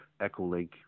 Echolink